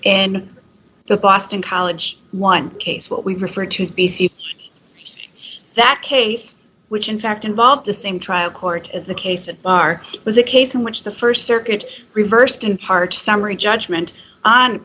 in the boston college one case what we refer to as that case which in fact involved the same trial court as the case at bar was a case in which the st circuit reversed in part summary judgment on